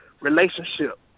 relationship